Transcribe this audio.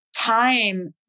time